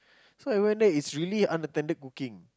so I went there is really unattended cooking